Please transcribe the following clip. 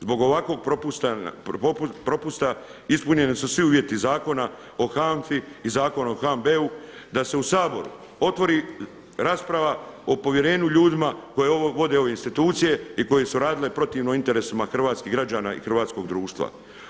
Zbog ovakvog propusta ispunjeni su svi uvjeti Zakona o HANFA-i i Zakona o HNB-u da se u Saboru otvori rasprava o povjerenju ljudima koji vode ove institucije i koje su radile protivno interesima hrvatskih građana i hrvatskog društva.